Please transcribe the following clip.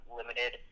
limited